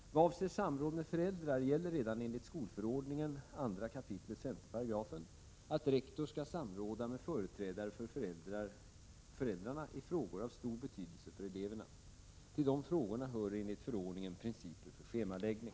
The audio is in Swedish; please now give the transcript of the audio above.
Vad avser samråd med föräldrar gäller redan enligt skolförordningen 2 kap. 5 § att rektor skall samråda med företrädare för föräldrarna i frågor av stor betydelse för eleverna. Till dessa frågor hör enligt förordningen principer för schemaläggning.